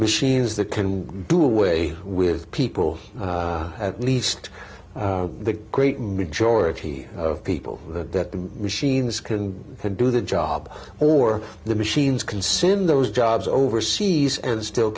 machines that can do away with people at least the great majority of people that the machines can do the job or the machines consume those jobs overseas and still